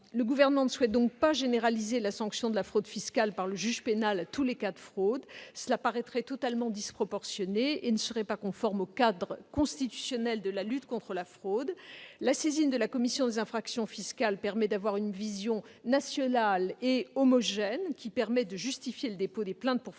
Le Gouvernement ne souhaite donc pas généraliser la sanction pour fraude fiscale par le juge pénal à tous les cas de fraude. Cela paraîtrait totalement disproportionné et ne serait pas conforme au cadre constitutionnel de la lutte contre la fraude. La saisine de la commission des infractions fiscales contribue à avoir une vision nationale et homogène, qui permet de justifier le dépôt de plaintes pour fraude